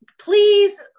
please